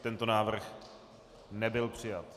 Tento návrh nebyl přijat.